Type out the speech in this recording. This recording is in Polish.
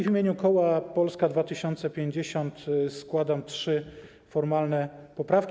W imieniu koła Polska 2050 składam trzy formalne poprawki.